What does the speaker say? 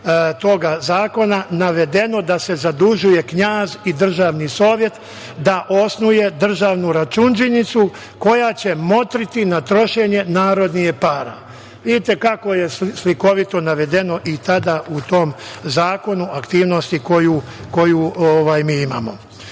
toga zakona navedeno da se zadužuje knjaz i državni sovjet da osnuje državnu račundžinicu koja će motriti na trošenje narodnih para. Vidite kako je slikovito navedeno i tada u tom zakonu aktivnosti koji mi imamo. Imali